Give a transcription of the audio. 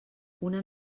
una